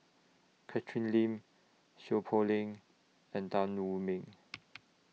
Catherine Lim Seow Poh Leng and Tan Wu Meng